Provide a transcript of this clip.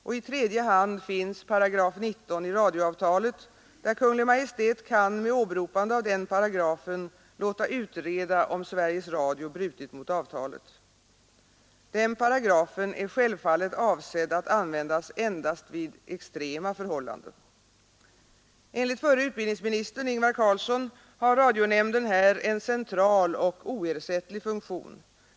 Och i tredje hand finns 19 § i radioavtalet, där Kungl. Maj:t med åberopande av denna paragraf kan låta utreda, om Sveriges Radio brutit mot avtalet. Denna paragraf är självfallet avsedd att användas endast vid extrema förhållanden. Enligt förre utbildningsministern Ingvar Carlsson har radionämnden här en central och oersättlig funktion.